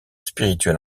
spirituel